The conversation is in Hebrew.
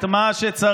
את מה שצריך,